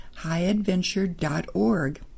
highadventure.org